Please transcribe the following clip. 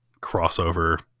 crossover